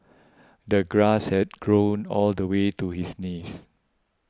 the grass had grown all the way to his knees